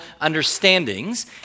Understandings